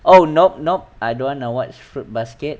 oh nope nope I don't wanna watch fruit basket